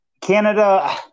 Canada